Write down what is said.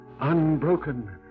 unbroken